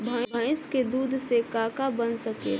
भइस के दूध से का का बन सकेला?